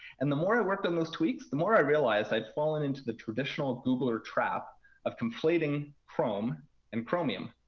and the more i worked on those tweaks, the more i realized i'd fallen into the traditional googler trap of conflating chrome and chromium.